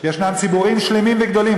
יש ציבורים שלמים וגדולים,